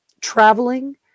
traveling